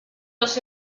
los